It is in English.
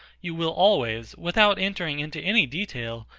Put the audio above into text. you will always, without entering into any detail,